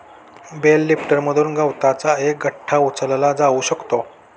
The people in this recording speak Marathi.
बेल लिफ्टरमधून गवताचा एक गठ्ठा उचलला जाऊ शकतो